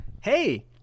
Hey